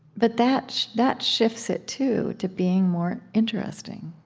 but that that shifts it, too, to being more interesting